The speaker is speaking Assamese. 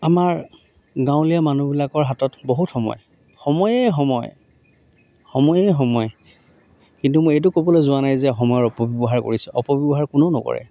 আমাৰ গাঁৱলীয়া মানুহবিলাকৰ হাতত বহুত সময় সময়েই সময় সময়েই সময় কিন্তু মই এইটো ক'বলৈ যোৱা নাই যে সময়ৰ অপব্যৱহাৰ কৰিছোঁ অপব্যৱহাৰ কোনেও নকৰে